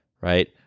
right